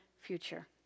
future